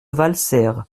valserres